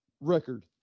record